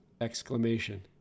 Exclamation